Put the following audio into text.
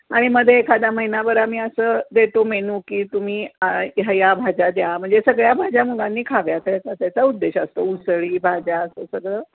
आणि मध्ये एखादा महिनाभर आम्ही असं देतो मेनू की तुम्ही ह्या ह्या भाज्या द्या म्हणजे सगळ्या भाज्या मुलांनी खाव्यात याचा त्याचा उद्देश असतो उसळी भाज्या असं सगळं